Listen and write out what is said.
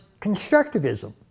constructivism